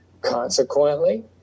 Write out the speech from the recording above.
Consequently